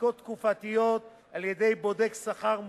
בדיקות תקופתיות על-ידי בודק שכר מוסמך,